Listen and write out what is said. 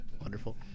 Wonderful